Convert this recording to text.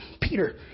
Peter